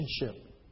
relationship